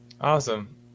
Awesome